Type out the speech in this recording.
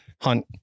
hunt